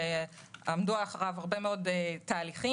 שעמדו מאחוריו הרבה מאוד תהליכים,